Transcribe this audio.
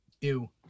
Ew